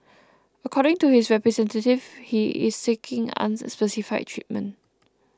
according to his representatives he is seeking unspecified treatment